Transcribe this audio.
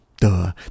duh